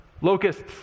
locusts